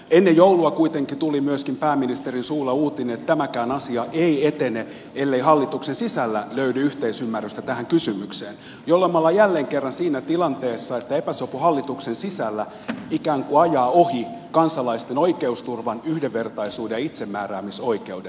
ennen joulua kuitenkin tuli myöskin pääministerin suulla uutinen että tämäkään asia ei etene ellei hallituksen sisällä löydy yhteisymmärrystä tähän kysymykseen jolloin me olemme jälleen kerran siinä tilanteessa että epäsopu hallituksen sisällä ikään kuin ajaa ohi kansalaisten oikeusturvan yhdenvertaisuuden ja itsemääräämisoikeuden